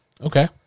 Okay